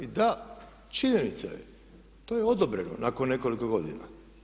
I da, činjenica je to je odobreno nakon nekoliko godina.